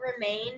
remain